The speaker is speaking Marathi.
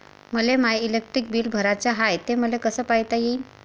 मले माय इलेक्ट्रिक बिल भराचं हाय, ते मले कस पायता येईन?